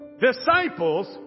Disciples